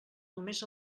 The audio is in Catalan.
només